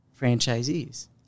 franchisees